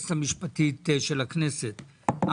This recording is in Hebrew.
היועצת המשפטית של הכנסת,